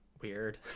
weird